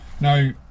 Now